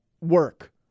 work